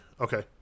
Okay